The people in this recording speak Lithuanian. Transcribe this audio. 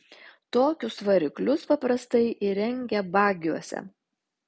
tokius variklius paprastai įrengia bagiuose